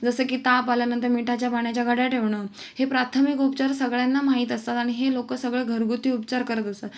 जसं की ताप आल्यानंतर मिठाच्या पाण्याच्या घड्या ठेवणं हे प्राथमिक उपचार सगळ्यांना माहीत असतात आणि हे लोकं सगळं घरगुती उपचार करत असतात